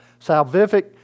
salvific